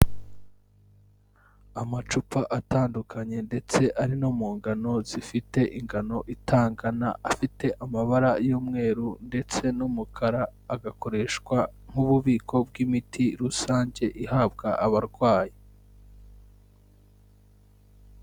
Amacupa atandukanye ndetse ari no mu ngano zifite ingano itangana afite amabara y'umweru ndetse n'umukara agakoreshwa nk'ububiko bw'imiti rusange ihabwa abarwayi.